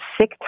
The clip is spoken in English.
sick